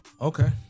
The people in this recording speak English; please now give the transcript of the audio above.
Okay